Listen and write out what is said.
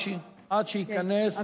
עד שייכנס,